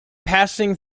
passing